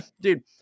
dude